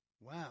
Wow